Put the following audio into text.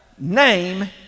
Name